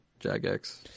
Jagex